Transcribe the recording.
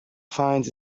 finds